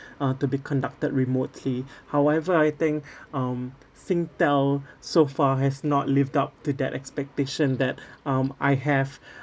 uh to be conducted remotely however I think um Singtel so far has not lived up to that expectation that um I have